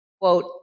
Quote